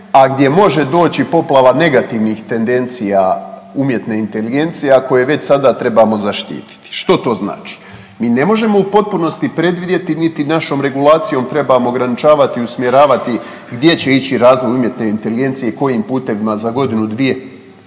a gdje može doći poplava negativnih tendencija umjetne inteligencije ako je već sada trebamo zaštititi. Što to znači? Mi ne možemo u potpunosti predvidjeti, niti našom regulacijom trebamo ograničavati i usmjeravati gdje će ići razvoj umjetne inteligencije i kojim putevima za godinu, dvije,